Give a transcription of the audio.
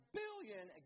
billion